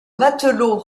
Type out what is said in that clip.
matelot